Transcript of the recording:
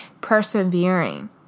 persevering